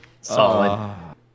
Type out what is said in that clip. Solid